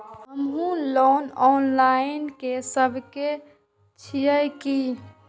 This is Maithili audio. हमू लोन ऑनलाईन के सके छीये की?